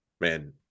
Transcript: Man